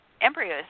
embryos